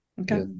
Okay